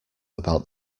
about